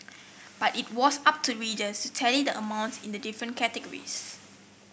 but it was up to readers to tally the amounts in the different categories